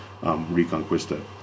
reconquista